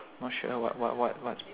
not sure what what what what's